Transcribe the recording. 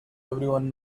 everyone